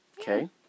okay